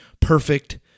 perfect